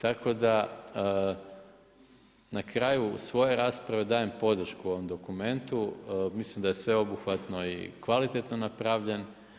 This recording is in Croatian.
Tako da, na kraju svoje rasprave dajem podršku ovom dokumentu, mislim da je sveobuhvatno i kvalitetno napravljen.